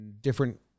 Different